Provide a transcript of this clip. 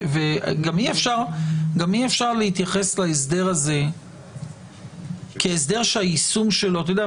גם אי-אפשר להתייחס להסדר הזה כהסדר שהיישום שלו אתה יודע,